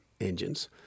engines